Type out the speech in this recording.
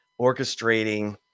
orchestrating